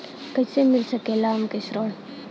कइसे मिल सकेला हमके ऋण?